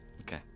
Okay